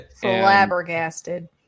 Flabbergasted